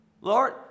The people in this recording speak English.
Lord